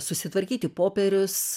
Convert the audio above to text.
susitvarkyti popierius